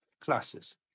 Classes